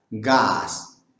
Gas